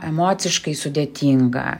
emociškai sudėtinga